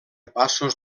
passos